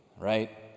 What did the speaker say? right